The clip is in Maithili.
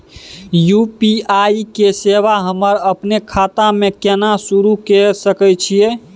यु.पी.आई के सेवा हम अपने खाता म केना सुरू के सके छियै?